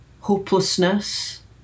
hopelessness